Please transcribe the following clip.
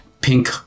pink